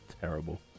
terrible